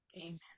Amen